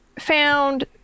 found